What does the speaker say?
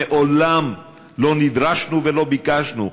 ומעולם לא נדרשנו ולא ביקשנו,